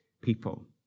people